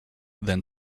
than